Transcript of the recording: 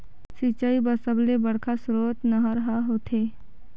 सिंचई बर सबले बड़का सरोत नहर ह होथे